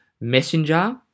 Messenger